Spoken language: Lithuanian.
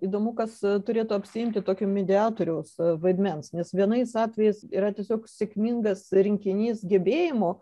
įdomu kas turėtų apsiimti tokio mediatoriaus vaidmens nes vienais atvejais yra tiesiog sėkmingas rinkinys gebėjimų